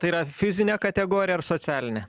tai yra fizinė kategorija ar socialinė